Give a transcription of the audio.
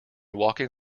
walking